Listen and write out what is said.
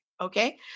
Okay